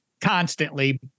constantly